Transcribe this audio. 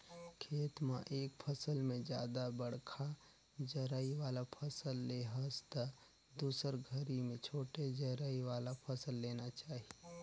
खेत म एक फसल में जादा बड़खा जरई वाला फसल ले हस त दुसर घरी में छोटे जरई वाला फसल लेना चाही